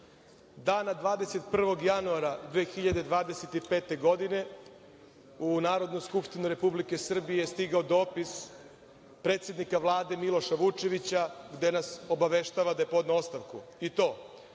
dana 21. januara 2025. godine u Narodnu skupštinu Republike Srbije stigao je dopis predsednika Vlade, Miloša Vučevića, gde nas obaveštava da je podneo ostavku i to